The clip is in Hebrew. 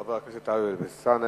חבר הכנסת טלב אלסאנע,